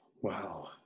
wow